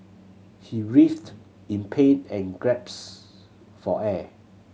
he writhed in pain and grasps for air